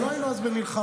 לא היינו אז במלחמה.